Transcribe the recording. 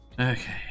Okay